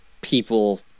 people